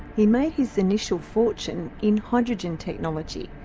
he made his initial fortune in hydrogen technology,